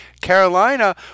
Carolina